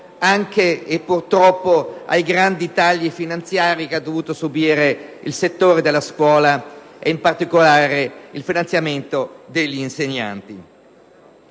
anche, e purtroppo, a causa dei grandi tagli finanziari che ha dovuto subire il settore della scuola e, in particolare, il finanziamento degli insegnanti.